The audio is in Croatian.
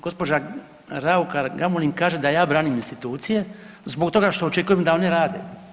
Gospođa Raukar Gamulin kaže da ja branim institucije zbog toga što očekujem da oni rade.